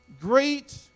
Great